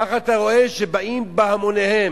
כך אתה רואה שהם באים בהמוניהם.